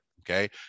okay